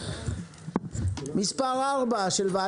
שלום לכולם,